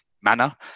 manner